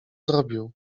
robił